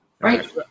Right